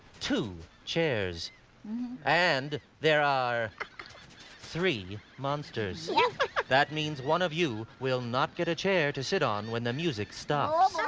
two chairs and there are three monsters. yeah that means one of you will not get a chair to sit on when the music stops.